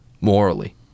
morally